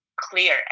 clear